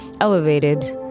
elevated